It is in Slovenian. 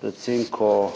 predvsem ko